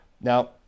Now